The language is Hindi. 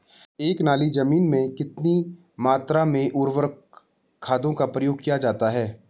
एक नाली जमीन में कितनी मात्रा में उर्वरक खादों का प्रयोग किया जाता है?